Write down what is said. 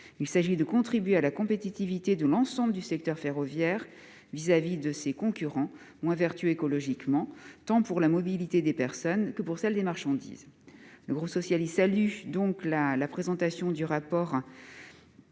il s'agit de contribuer à la compétitivité de l'ensemble du secteur ferroviaire vis-à-vis de ses concurrents moins vertueux écologiquement, tant pour la mobilité des personnes que pour celle des marchandises. Le groupe socialiste salue le rapport